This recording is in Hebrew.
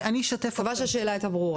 אני מקווה שהשאלה שלי הייתה ברורה.